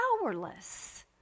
powerless